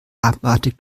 abartig